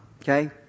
Okay